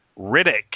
Riddick